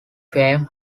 fame